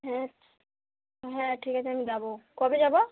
হ্যাঁ হ্যাঁ ঠিক আছে আমি যাবো কবে যাবো